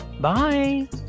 Bye